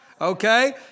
Okay